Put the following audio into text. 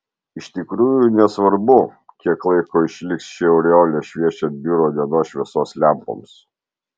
iš tikrųjų nesvarbu kiek laiko išliks ši aureolė šviečiant biuro dienos šviesos lempoms